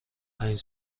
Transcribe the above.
پنج